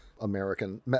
American